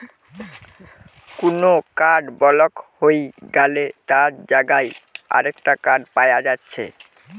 কুনো card block হই গ্যালে তার জাগায় আরেকটা কার্ড পায়া যাচ্ছে